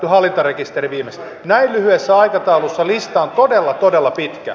näin lyhyessä aikataulussa lista on todella todella pitkä